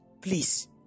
please